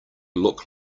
look